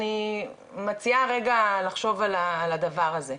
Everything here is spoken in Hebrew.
אני מציעה רגע לחשוב על הדבר הזה.